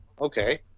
Okay